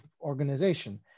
organization